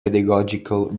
pedagogical